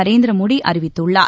நரேந்திர மோடி அறிவித்துள்ளார்